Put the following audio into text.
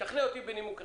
תשכנע אותי בנימוק אחד.